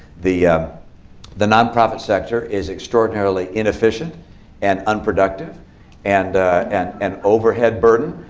the the nonprofit sector is extraordinarily inefficient and unproductive and and and overhead burdened.